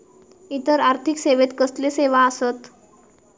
इतर आर्थिक सेवेत कसले सेवा आसत?